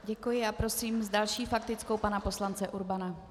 Děkuji a prosím s další faktickou pana poslance Urbana.